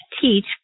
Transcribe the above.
teach